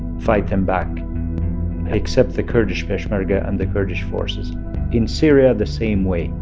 fight them back except the kurdish peshmerga and the kurdish forces in syria, the same way.